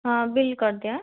ହଁ ବିଲ୍ କରିଦିଅ